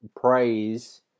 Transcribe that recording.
praise